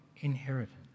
inheritance